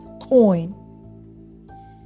coin